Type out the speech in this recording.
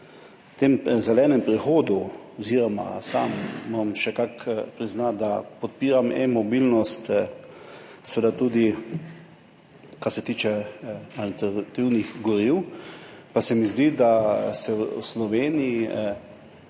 tem zelenem prehodu, moram sam še kako priznati, da podpiram e-mobilnost, seveda tudi kar se tiče alternativnih goriv, pa se mi zdi, da se v Sloveniji